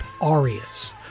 arias